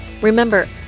Remember